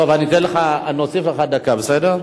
טוב, נוסיף לך דקה, בסדר?